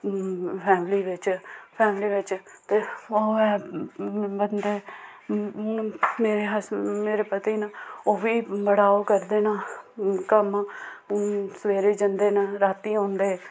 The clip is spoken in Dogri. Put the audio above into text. फैमिली बिच्च फैमिली बिच्च ते ओह् ऐ बंदे मेरे हसबं मेरे पति न ओह् बी बड़ा ओह् करदे न कम्म सवेरे जंदे न रातीं औंदे